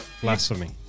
blasphemy